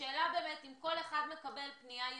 השאלה היא אם כל אחד מקבל פנייה יזומה.